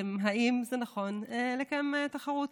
האם זה נכון לקיים תחרות?